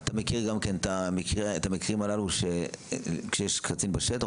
אתה מכיר גם כן את המקרים הללו שיש קצין בשטח